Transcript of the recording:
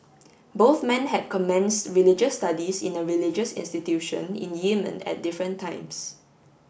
both men had commenced religious studies in a religious institution in Yemen at different times